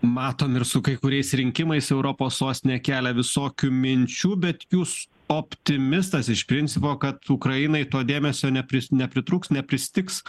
matom ir su kai kuriais rinkimais europos sostine kelia visokių minčių bet jūs optimistas iš principo kad ukrainai to dėmesio nepris nepritrūks nepristigs